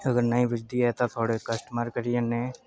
अगर नेईं पुज्जदी तां थुआढ़े कस्टमर घटी जाने